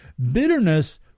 Bitterness